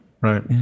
Right